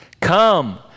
Come